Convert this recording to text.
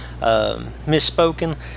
misspoken